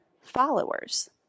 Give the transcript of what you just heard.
followers